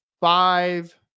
five